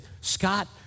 Scott